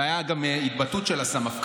הייתה גם התבטאות של הסמפכ"ל,